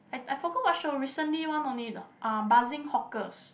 I I forgot what show recently one only [le] Buzzing Hawkers